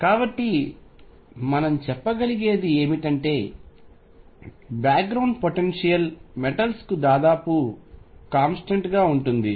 కాబట్టి మనం చెప్పగలిగేది ఏమిటంటే బ్యాక్ గ్రౌండ్ పొటెన్షియల్ మెటల్స్ కు దాదాపు కాన్స్టెంట్ గా ఉంటుంది